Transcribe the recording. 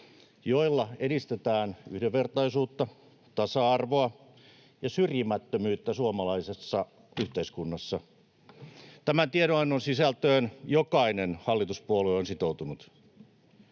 joilla edistetään yhdenvertaisuutta, tasa-arvoa ja syrjimättömyyttä suomalaisessa yhteiskunnassa. Tämän tiedonannon sisältöön jokainen hallituspuolue on sitoutunut.